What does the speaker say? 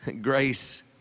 grace